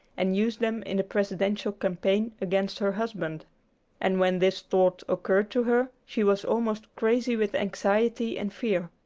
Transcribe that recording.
and use them in the presidential campaign against her husband and when this thought occurred to her, she was almost crazy with anxiety and fear.